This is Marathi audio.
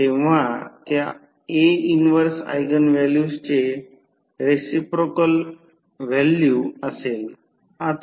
आणि मूळ अडथळा आणून पहा आणि एकसारखी किंमत मिळते ते पहा